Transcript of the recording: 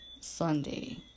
Sunday